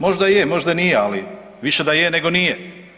Možda je, možda nije ali više da je nego nije.